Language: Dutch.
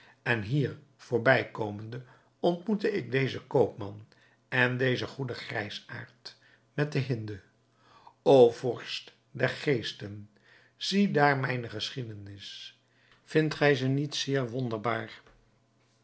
en hier voorbij komende ontmoette ik dezen koopman en dezen goeden grijsaard met de hinde o vorst der geesten ziedaar mijne geschiedenis vindt gij ze niet zeer wonderbaar